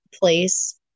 place